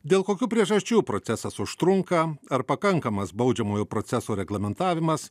dėl kokių priežasčių procesas užtrunka ar pakankamas baudžiamojo proceso reglamentavimas